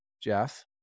Jeff